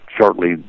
Shortly